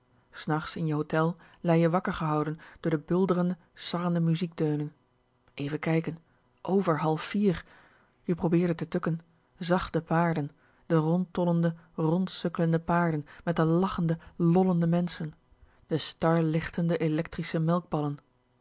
s nachts in je hotel lei je wakker gehouden door de buldrende sarrende muziekdeunen even kijken over half vier je probeerde te tukken zag de paarden de rondtollende rondsukklende paarden met de lachende lollende menschen de star lichtende electrische